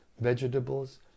vegetables